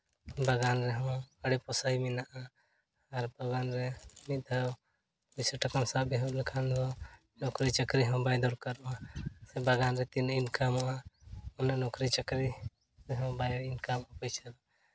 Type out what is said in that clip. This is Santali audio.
ᱵᱟᱜᱟᱱ ᱨᱮᱦᱚᱸ ᱟᱹᱰᱤ ᱯᱚᱥᱟᱭ ᱢᱮᱱᱟᱜᱼᱟ ᱟᱨ ᱵᱟᱜᱟᱱ ᱨᱮ ᱢᱤᱫ ᱫᱷᱟᱹᱣ ᱵᱮᱥᱤ ᱴᱟᱠᱟᱢ ᱥᱟᱵ ᱮᱦᱚᱵ ᱞᱮᱠᱷᱟᱱ ᱫᱚ ᱱᱚᱠᱨᱤ ᱪᱟᱹᱠᱨᱤ ᱦᱚᱸ ᱵᱟᱭ ᱫᱚᱨᱠᱟᱨᱚᱜᱼᱟ ᱥᱮ ᱵᱟᱜᱟᱱ ᱨᱮ ᱛᱤᱱᱟᱹᱜ ᱤᱱᱠᱟᱢᱚᱜᱼᱟ ᱚᱱᱟ ᱱᱚᱠᱨᱤ ᱪᱟᱹᱠᱨᱤ ᱨᱮᱦᱚᱸ ᱵᱟᱭ ᱤᱱᱠᱟᱢᱚᱜᱼᱟ ᱯᱩᱭᱥᱟᱹ